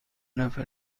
نفر